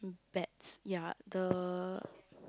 beds ya the